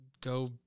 go